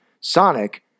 Sonic